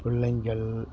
பிள்ளைங்கள்